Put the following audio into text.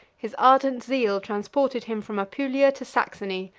his ardent zeal transported him from apulia to saxony,